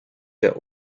der